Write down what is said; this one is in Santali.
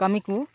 ᱠᱟᱹᱢᱤ ᱠᱚ